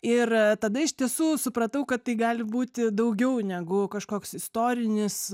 ir tada iš tiesų supratau kad tai gali būti daugiau negu kažkoks istorinis